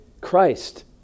Christ